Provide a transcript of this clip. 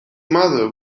mother